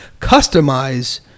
customize